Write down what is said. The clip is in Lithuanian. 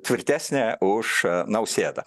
tvirtesnė už nausėdą